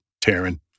Taryn